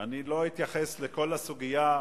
אני לא אתייחס לכל הסוגיה,